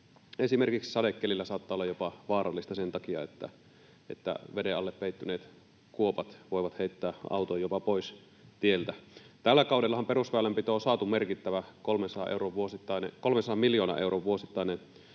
esimerkiksi sadekelillä saattaa olla jopa vaarallista sen takia, että veden alle peittyneet kuopat voivat heittää auton jopa pois tieltä. Tällä kaudellahan perusväylänpitoon on saatu merkittävä 300 miljoonan euron vuosittainen